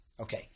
Okay